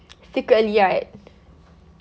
secretly right